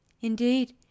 Indeed